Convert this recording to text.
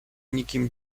nikim